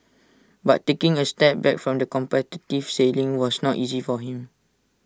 but taking A step back from the competitive sailing was not easy for him